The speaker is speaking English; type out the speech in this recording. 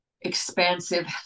expansive